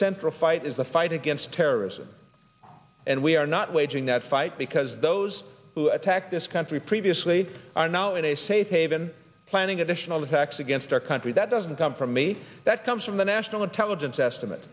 central fight is the fight against terrorism and we are not waging that fight because those who attacked this country previously are now in a safe haven planning additional attacks against our country that doesn't come from me that comes from the national intelligence estimate